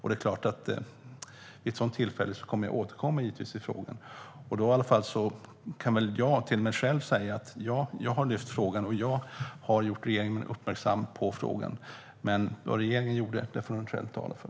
Vid ett sådant tillfälle kommer jag givetvis att återkomma i frågan. Då kan jag i alla fall säga till mig själv att jag har lyft frågan och gjort regeringen uppmärksam på den. Men vad regeringen gjorde, det får den själv tala för.